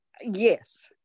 Yes